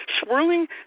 Swirling